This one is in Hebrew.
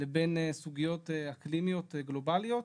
לבין סוגיות אקלימיות גלובליות,